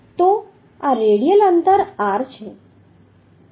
તો આ રેડિયલ અંતર r છે